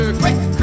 quick